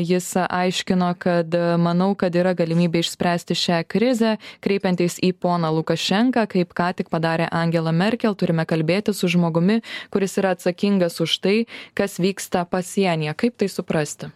jis aiškino kad manau kad yra galimybė išspręsti šią krizę kreipiantis į poną lukašenką kaip ką tik padarė angela merkel turime kalbėtis su žmogumi kuris yra atsakingas už tai kas vyksta pasienyje kaip tai suprasti